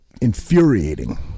infuriating